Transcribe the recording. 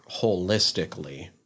holistically